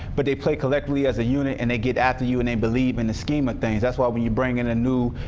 but they play collectively as a unit. and they get after you. and they believe in the scheme of things. that's why when you bring in ah new,